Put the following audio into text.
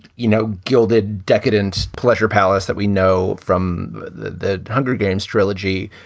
you know, gilded, decadent pleasure palace that we know from the the hunger games trilogy.